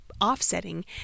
offsetting